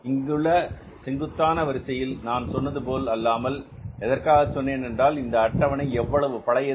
இந்த செங்குத்தான வரிசையில் நான் சொன்னது போல் அல்லாமல் எதற்காகச் சொன்னேன் என்றால் இந்த அட்டவணை எவ்வளவு பழையது